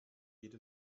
jede